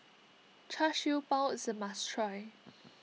Char Siew Bao is a must try